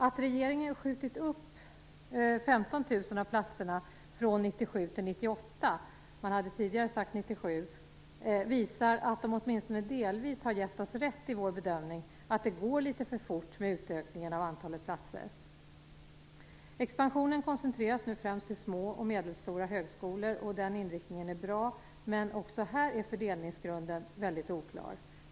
Att regeringen har skjutit upp 15 000 av platserna från 1997 till 1998 visar att man åtminstone delvis gett oss rätt i vår bedömning att det går litet för fort med utökningen av antalet platser. Expansionen koncentreras nu till främst små och medelstora högskolor. Den inriktningen är bra, men också här är fördelningsgrunden oklar.